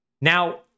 now